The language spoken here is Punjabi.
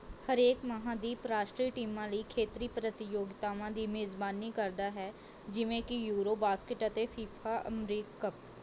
ਹਰੇਕ ਮਹਾਂਦੀਪ ਰਾਸ਼ਟਰੀ ਟੀਮਾਂ ਲਈ ਖੇਤਰੀ ਪ੍ਰਤੀਯੋਗਤਾਵਾਂ ਦੀ ਮੇਜ਼ਬਾਨੀ ਕਰਦਾ ਹੈ ਜਿਵੇਂ ਕੀ ਯੂਰੋਬਾਸਕਿੱਟ ਅਤੇ ਫੀਫਾ ਅਮਰੀਕਕੱਪ